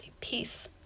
peace